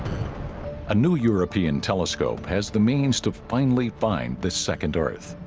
a new european telescope has the means to finally find this second earth